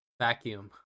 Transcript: vacuum